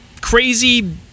crazy